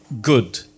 good